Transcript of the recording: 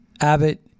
Abbott